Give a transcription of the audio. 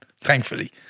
thankfully